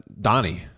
donnie